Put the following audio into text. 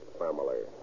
family